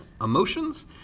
emotions